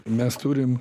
mes turim